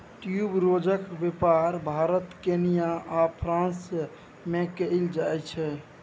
ट्यूबरोजक बेपार भारत केन्या आ फ्रांस मे कएल जाइत छै